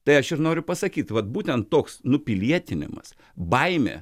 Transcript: tai aš ir noriu pasakyt vat būtent toks nupilietinimas baimė